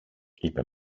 είπε